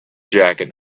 jacket